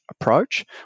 approach